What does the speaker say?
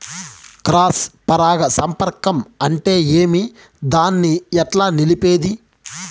Cross పరాగ సంపర్కం అంటే ఏమి? దాన్ని ఎట్లా నిలిపేది?